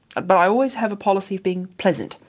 ah but i always have a policy of being pleasant.